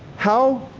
how